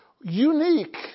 unique